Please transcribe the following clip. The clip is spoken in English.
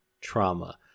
trauma